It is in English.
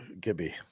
Gibby